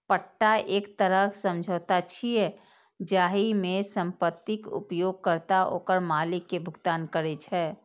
पट्टा एक तरह समझौता छियै, जाहि मे संपत्तिक उपयोगकर्ता ओकर मालिक कें भुगतान करै छै